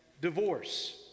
divorce